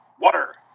water